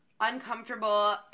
uncomfortable